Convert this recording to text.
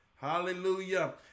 Hallelujah